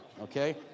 okay